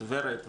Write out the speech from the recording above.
את ור"ה,